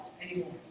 Anymore